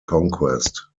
conquest